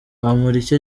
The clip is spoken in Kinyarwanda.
bamporiki